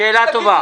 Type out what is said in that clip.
שאלה טובה.